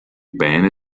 beine